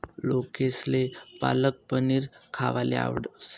लोकेसले पालक पनीर खावाले आवडस